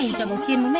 double team